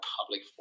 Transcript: public